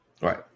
Right